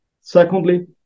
Secondly